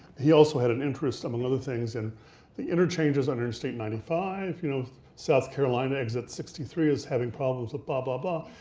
he also had an interest among other things in the interchanges on interstate ninety five, you know south carolina, exit sixty three is having problems at but blah blah